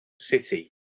city